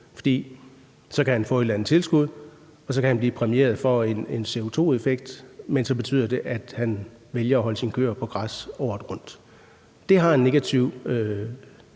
fordi de så kan få et eller andet tilskud og blive præmieret for en CO2-effekt, men det så betyder, at de vælger ikke at holde deres køer på græs året rundt. Det har en negativ